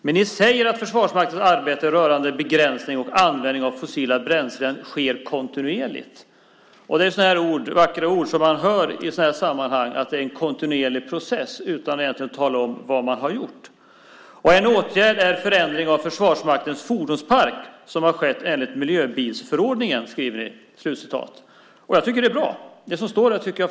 Men ni säger att Försvarsmaktens arbete rörande begränsning och användning av fossila bränslen sker kontinuerligt. Vackra ord som man hör i sådana här sammanhang är att det är en kontinuerlig process. Men egentligen talar man inte om vad man har gjort. En åtgärd är den förändring av Försvarsmaktens fordonspark som har skett enligt miljöbilsförordningen, skriver ni. Det som står där är faktiskt bra, tycker jag.